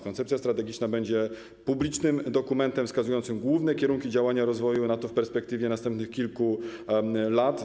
Koncepcja strategiczna będzie publicznym dokumentem wskazującym główne kierunki działania, rozwoju NATO w perspektywie następnych kilku lat.